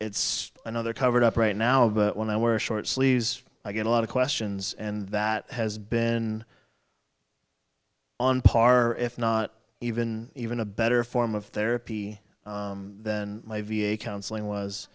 it's another covered up right now but when i wear short sleeves i get a lot of questions and that has been on par if not even even a better form of therapy than my v a counseling was